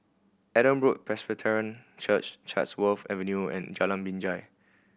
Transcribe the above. Adam Road Presbyterian Church Chatsworth Avenue and Jalan Binjai